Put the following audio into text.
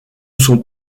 son